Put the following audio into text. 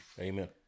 Amen